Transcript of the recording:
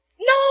No